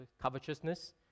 covetousness